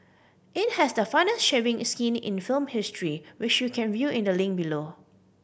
it has the funniest shaving is scene in film history which you can view in the link below